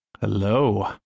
Hello